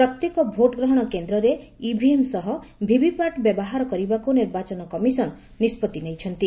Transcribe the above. ପ୍ରତ୍ୟେକ ଭୋଟ ଗ୍ରହଣ କେନ୍ଦ୍ରରେ ଇଭିଏମ୍ ସହ ଭିଭି ପାଟ୍ ବ୍ୟବହାର କରିବାକୁ ନିର୍ବାଚନ କମିଶନ୍ ନିଷ୍କଭି ନେଇଛନ୍ତି